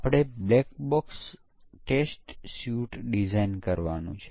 વપરાશકર્તાઓ સ્વીકૃતિ પરીક્ષણ જુએ છે તેઓ સ્વીકૃતિ પરીક્ષણ કરે છે અને ઉપયોગીતા પણ જોવે છે